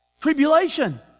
tribulation